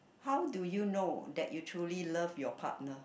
how do you know that you truly love your partner